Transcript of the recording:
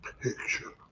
picture